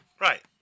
Right